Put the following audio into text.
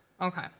okay